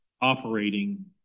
operating